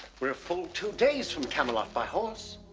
we're a full two days from camelot by horse.